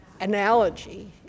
analogy